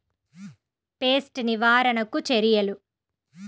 Pest నివారణకు చర్యలు?